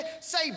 say